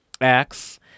acts